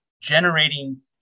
generating